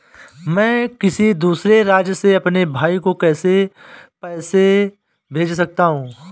मैं किसी दूसरे राज्य से अपने भाई को पैसे कैसे भेज सकता हूं?